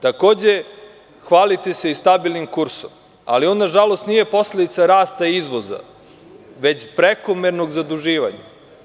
Takođe, hvalite se i stabilnim kursom, ali on, nažalost, nije posledica rasta izvoza, već prekomernog zaduživanja.